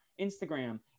instagram